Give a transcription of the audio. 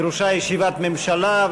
דרושה ישיבת ממשלה,